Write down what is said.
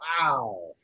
Wow